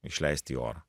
išleisti į orą